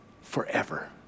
forever